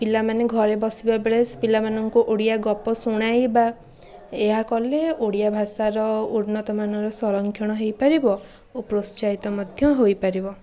ପିଲାମାନେ ଘରେ ବସିବାବେଳେ ସି ପିଲାମାନଙ୍କୁ ଓଡ଼ିଆ ଗପ ଶୁଣାଇବା ଏହା କଲେ ଓଡ଼ିଆ ଭାଷାର ଉନ୍ନତମାନର ସରଂକ୍ଷଣ ହୋଇପାରିବ ଓ ପ୍ରୋତ୍ସାହିତ ମଧ୍ୟ ହୋଇପାରିବ